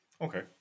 Okay